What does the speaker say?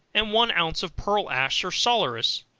and one ounce of pearl ash or salaeratus,